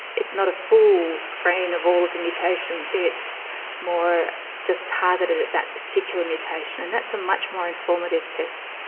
it's not a full screen of all of the mutations, it's more just targeted at that particular mutation and that's a much more informative test,